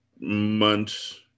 months